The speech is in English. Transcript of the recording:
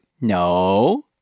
No